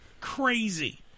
crazy